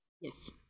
Yes